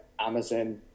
Amazon